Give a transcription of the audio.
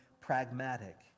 pragmatic